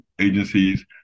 agencies